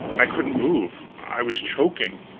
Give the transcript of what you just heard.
i couldn't move, i was choking,